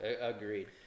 agreed